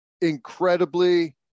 incredibly